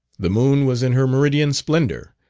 the moon was in her meridian splendour,